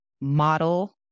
model